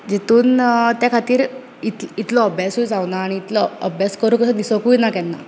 जेतून त्या खातीर इत इतलो अभ्यासूय जावना आनी इतलो अभ्यास करूं कसो दिसोकूय ना केन्ना